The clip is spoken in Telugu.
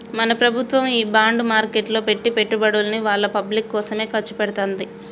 మన ప్రభుత్వము ఈ బాండ్ మార్కెట్లో పెట్టి పెట్టుబడుల్ని వాళ్ళ పబ్లిక్ కోసమే ఖర్చు పెడతదంట